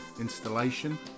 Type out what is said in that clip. installation